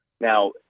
Now